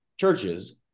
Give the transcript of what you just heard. churches